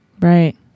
Right